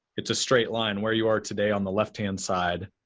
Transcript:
it's a straight line where you are today on the left-hand side,